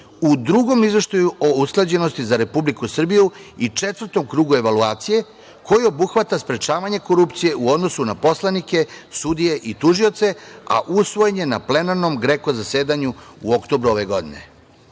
u drugom izveštaju o usklađenosti za Republiku Srbiju i četvrtom krugu evaluacije koji obuhvata sprečavanje korupcije u odnosu na poslanike, sudije i tužioce, a usvojen je na plenarnom GREKO zasedanju u oktobru ove godine.U